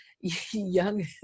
young